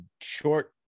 short